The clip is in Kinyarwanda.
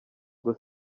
ngo